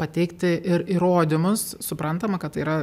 pateikti ir įrodymus suprantama kad tai yra